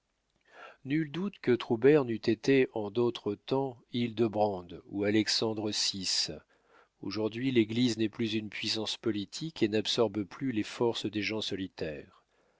nul doute que troubert n'eût été en d'autres temps hildebrandt ou alexandre vi aujourd'hui l'église n'est plus une puissance politique et n'absorbe plus les forces des gens solitaires